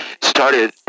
started